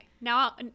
Now